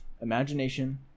imagination